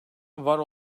var